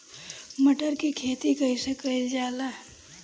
मटर के खेती कइसे कइल जाला?